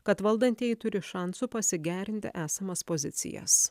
kad valdantieji turi šansų pasigerinti esamas pozicijas